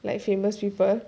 like famous people